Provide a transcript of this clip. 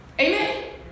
Amen